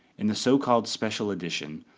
in the so-called special edition,